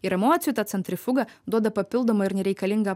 ir emocijų ta centrifuga duoda papildomą ir nereikalingą